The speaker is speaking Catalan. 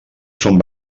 són